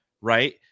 right